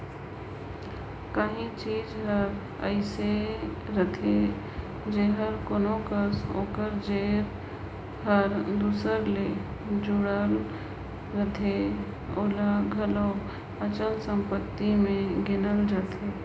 काहीं चीज हर अइसे अहे जेहर कोनो कस ओकर जेर हर दूसर ले जुड़ल अहे ओला घलो अचल संपत्ति में गिनल जाथे